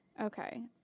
Okay